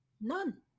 None